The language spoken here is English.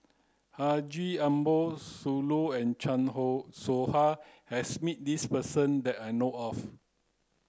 Haji Ambo Sooloh and Chan Soh Ha has met this person that I know of